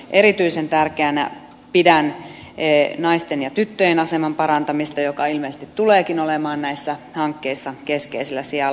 erityisen tärkeänä pidän naisten ja tyttöjen aseman parantamista joka ilmeisesti tuleekin olemaan näissä hankkeissa keskeisellä sijalla